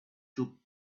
two